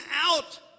out